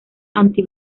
anti